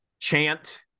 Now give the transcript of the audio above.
chant